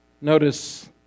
Notice